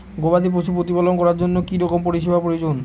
গবাদী পশু প্রতিপালন করার জন্য কি রকম পরিবেশের প্রয়োজন?